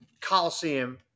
Coliseum